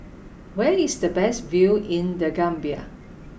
where is the best view in The Gambia